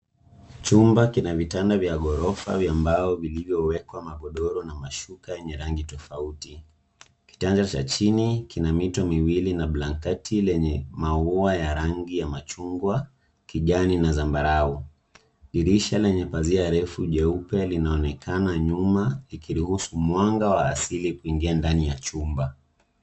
Chumba kina vitanda vya gorofa vya mbao vilivyowekwa magodoro na mashuka yenye rangi tofauti. Kitanda Cha chini kina mito miwili na blanketi lenye maua ya rangi ya machungwa, kijani na zambarau. Dirisha lenye pazia refu jeupe linaonekana nyuma ikiruhusu mwanga wa asili kuingia ndani ya chumba.